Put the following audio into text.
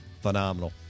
phenomenal